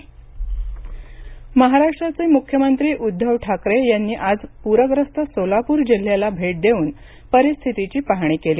महाराष्ट्र मख्यमंत्री महाराष्ट्राचे मुख्यमंत्री उद्धव ठाकरे यांनी आज पूर्यस्त सोलापूर जिल्ह्याला भेट देऊन परिस्थितीची पाहणी केली